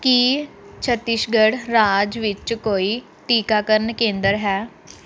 ਕੀ ਛੱਤੀਸਗੜ੍ਹ ਰਾਜ ਵਿੱਚ ਕੋਈ ਟੀਕਾਕਰਨ ਕੇਂਦਰ ਹੈ